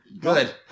Good